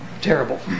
Terrible